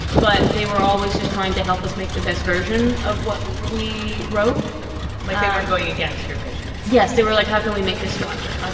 but they were always just trying to help us make the best version of what we wrote like, they weren't going against your vision yes. they were like, how can we make this stronger? ah